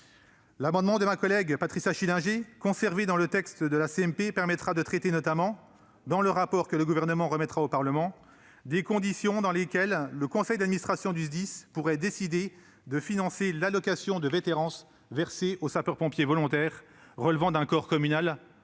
L'amendement de ma collègue Patricia Schillinger, conservé dans le texte de la commission mixte paritaire, permettra de traiter, notamment dans le rapport que le Gouvernement remettra au Parlement, des conditions dans lesquelles le conseil d'administration du SDIS pourrait décider de financer l'allocation de vétérance versée aux sapeurs-pompiers volontaires relevant d'un corps communal